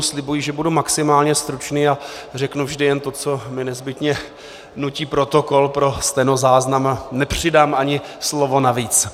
Slibuji, že budu maximálně stručný a řeknu vždy jen to, co mě nezbytně nutí protokol pro stenozáznam, a nepřidám ani slovo navíc.